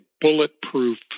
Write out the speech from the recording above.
bulletproof